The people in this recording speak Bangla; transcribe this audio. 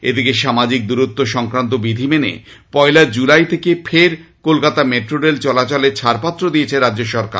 এদিকে সামাজিক দূরত্ব সংক্রান্ত বিধি মেনে পয়লা জুলাই থেকে ফের কলকাতা মেট্রো রেল চলাচলের ছাডপত্র দিয়েছে রাজ্য সরকার